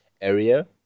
area